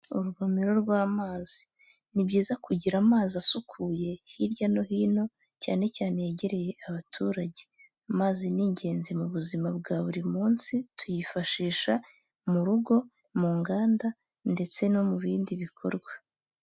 Urugomero rw'amazi, ni byiza kugira amazi asukuye hirya no hino cyane cyane yegereye abaturage, amazi ni ingenzi mu buzima bwa buri munsi, tuyifashisha mu rugo, mu nganda ndetse no mu bindi bikorwa.